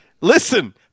Listen